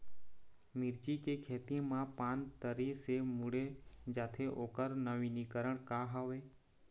मिर्ची के खेती मा पान तरी से मुड़े जाथे ओकर नवीनीकरण का हवे?